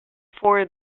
for